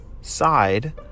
side